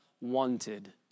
wanted